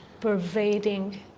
pervading